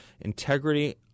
integrity